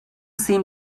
seem